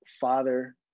father